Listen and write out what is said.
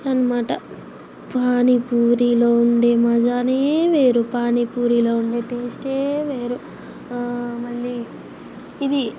అట్లానమాట పానీపూరీలో ఉండే మజానే వేరు పానీపూరీలో ఉండే టేస్టే వేరు మళ్ళీ ఇది